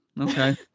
Okay